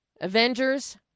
Avengers